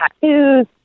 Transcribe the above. tattoos